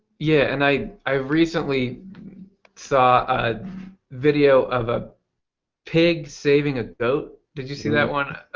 yeah and i i recently saw a video of a pig saving a goat. did you see that one?